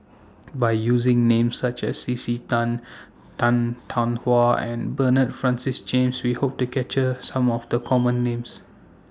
By using Names such as C C Tan Tan Tarn How and Bernard Francis James We Hope to capture Some of The Common Names